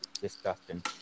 disgusting